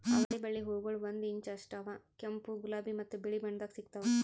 ಅವಳಿ ಬಳ್ಳಿ ಹೂಗೊಳ್ ಒಂದು ಇಂಚ್ ಅಷ್ಟು ಅವಾ ಕೆಂಪು, ಗುಲಾಬಿ ಮತ್ತ ಬಿಳಿ ಬಣ್ಣದಾಗ್ ಸಿಗ್ತಾವ್